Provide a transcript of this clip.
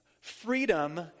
Freedom